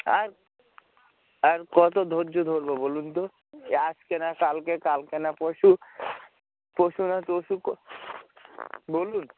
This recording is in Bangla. আর আর কত ধৈর্য্য ধরবো বলুন তো আজকে না কালকে কালকে না পরশু পরশু না তরশু কো বলুন